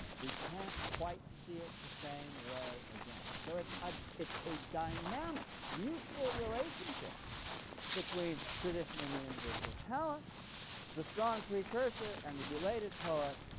we can't quite see it the same way again, so it's ah it's a dynamic, mutual relationship between tradition and the individual talent the strong precursor and the belated poet,